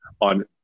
on